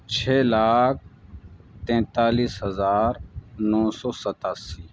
چھ لاکھ تینتالیس ہزار نو سو ستاسی